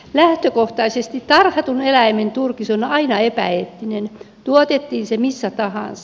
lähtökohtaisesti tarhatun eläimen turkis on aina epäeettinen tuotettiin se missä tahansa